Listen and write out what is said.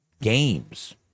games